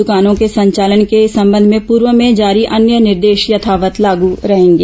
द्रकानों के संचालन के संबंध में पूर्व में जारी अन्य निर्देश यथावत् लागू रहेंगे